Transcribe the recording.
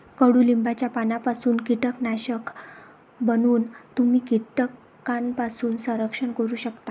कडुलिंबाच्या पानांपासून कीटकनाशक बनवून तुम्ही कीटकांपासून संरक्षण करू शकता